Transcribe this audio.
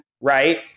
right